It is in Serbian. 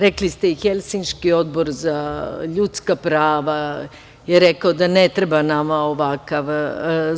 Rekli ste i Helsinški odbor za ljudska prava je rekao da ne treba nama ovakav